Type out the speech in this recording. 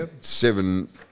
seven